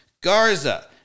garza